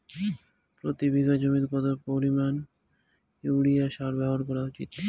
প্রতি বিঘা জমিতে কত পরিমাণ ইউরিয়া সার ব্যবহার করা উচিৎ?